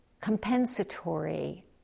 compensatory